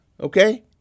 okay